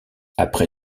après